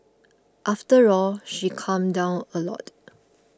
after all she calmed down a lot